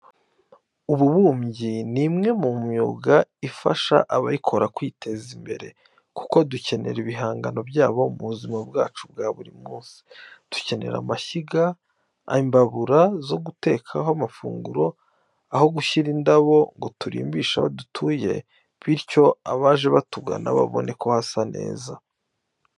Ububumbyi ni umwe mu myuga ifasha abayikora kwiteza imbere, kuko dukenera ibihangano byabo mu buzima bwacu bwa buri munsi. Dukenera amashyiga, imbabura zo gutekaho amafunguro, aho gushyira indabo ngo turimbishe aho dutuye bityo abaje batugana babone hasa neza.